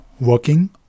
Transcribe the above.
working